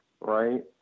right